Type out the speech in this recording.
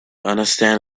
understand